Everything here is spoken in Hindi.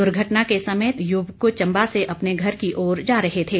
दुर्घटना के समय तीनों युवक चंबा से अपने घर की ओर जा रहे थे